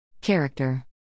Character